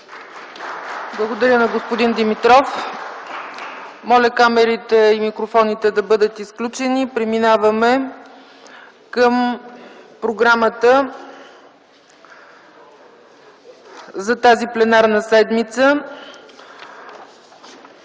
Благодаря на господин Димитров. Моля камерите и микрофоните да бъдат изключени. Преминаваме към програмата за тази пленарна седмица: